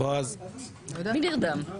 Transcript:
מי נרדם?